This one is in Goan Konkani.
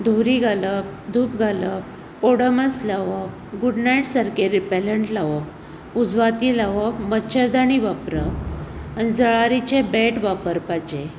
धुंवरी घालप धूप घालप ओडोमास लावप गुडनायट सारके रिपेनंट लावप उजवाती लावप मच्छरदानी वापरप आनी जळारींचे बॅट वापरपाचे